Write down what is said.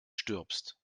stirbst